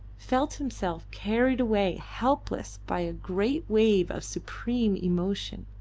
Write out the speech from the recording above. felt himself carried away helpless by a great wave of supreme emotion,